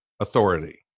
authority